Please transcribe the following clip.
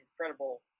incredible